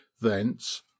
thence